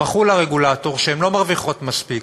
ובכו לרגולטור שהן לא מרוויחות מספיק,